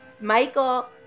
Michael